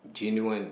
genuine